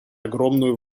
огромную